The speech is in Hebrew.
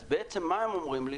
אז בעצם מה הם אומרים לי?